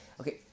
Okay